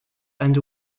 and